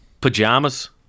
Pajamas